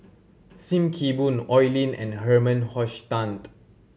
Sim Kee Boon Oi Lin and Herman Hochstadt